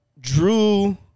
Drew